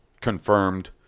confirmed